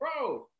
Bro